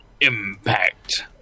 impact